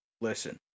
Listen